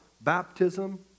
baptism